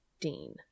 Dean